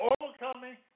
Overcoming